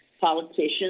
politicians